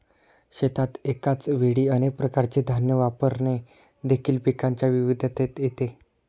शेतात एकाच वेळी अनेक प्रकारचे धान्य वापरणे देखील पिकांच्या विविधतेत येते